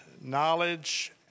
knowledge